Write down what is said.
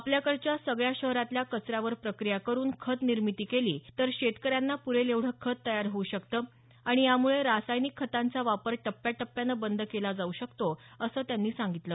आपल्याकडच्या सगळ्या शहरातल्या कचऱ्यावर प्रक्रिया करुन खत निर्मिती केली तर शेतकऱ्यांना प्रेल एवढं खत तयार होऊ शकतं आणि यामुळे रासायनिक खतांचा वापर टप्प्याटप्प्यानं बंद केला जाऊ शकतो असं त्यांनी सांगितलं